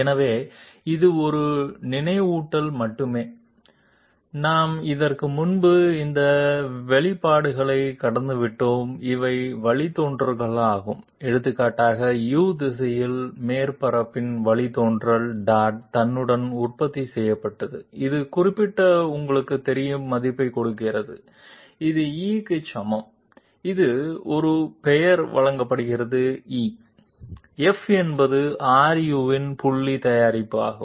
எனவே இது ஒரு நினைவூட்டல் மட்டுமே நாம் இதற்கு முன்பு இந்த வெளிப்பாடுகளைக் கடந்துவிட்டோம் இவை வழித்தோன்றல்களாகும் எடுத்துக்காட்டாக u திசையில் மேற்பரப்பின் வழித்தோன்றல் டாட் தன்னுடன் உற்பத்தி செய்யப்பட்டது ஒரு குறிப்பிட்ட உங்களுக்குத் தெரியும் மதிப்பைக் கொடுக்கிறது இது e க்கு சமம் இது ஒரு பெயர் வழங்கப்படுகிறது E F என்பது ru இன் புள்ளி தயாரிப்பு ஆகும்